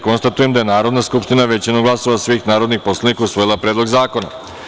Konstatujem da je Narodna skupština, većinom glasova svih narodnih poslanika, usvojila Predlog zakona.